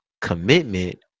commitment